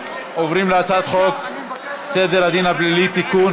הצעת חוק המרכז לגביית קנסות תעבור לוועדת החוק,